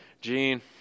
Gene